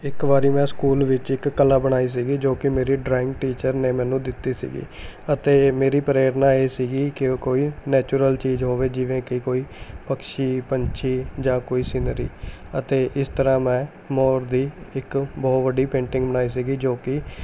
ਇੱਕ ਵਾਰੀ ਮੈਂ ਸਕੂਲ ਵਿੱਚ ਇੱਕ ਕਲਾ ਬਣਾਈ ਸੀਗੀ ਜੋ ਕਿ ਮੇਰੀ ਡਰਾਇੰਗ ਟੀਚਰ ਨੇ ਮੈਨੂੰ ਦਿੱਤੀ ਸੀਗੀ ਅਤੇ ਮੇਰੀ ਪ੍ਰੇਰਨਾ ਇਹ ਸੀਗੀ ਕਿ ਉਹ ਕੋਈ ਨੈਚੁਰਲ ਚੀਜ਼ ਹੋਵੇ ਜਿਵੇਂ ਕਿ ਕੋਈ ਪਕਸ਼ੀ ਪੰਛੀ ਜਾਂ ਕੋਈ ਸੀਨਰੀ ਅਤੇ ਇਸ ਤਰ੍ਹਾਂ ਮੈਂ ਮੋਰ ਦੀ ਇੱਕ ਬਹੁਤ ਵੱਡੀ ਪੇਂਟਿੰਗ ਬਣਾਈ ਸੀਗੀ ਜੋ ਕਿ